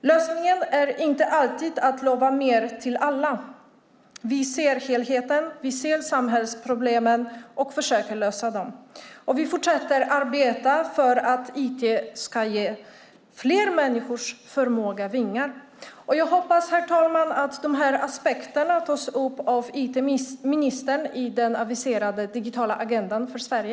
Lösningen är inte alltid att lova mer till alla. Vi ser helheten, vi ser samhällsproblemen och vi försöker lösa dem. Och vi fortsätter att arbeta för att IT ska ge fler människors förmåga vingar. Herr talman! Jag hoppas att de här aspekterna tas upp av IT-ministern i den aviserade digitala agendan för Sverige.